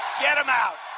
get him out,